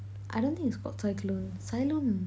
I don't think it's called cyclone Cylon